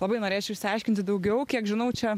labai norėčiau išsiaiškinti daugiau kiek žinau čia